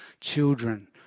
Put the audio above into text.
children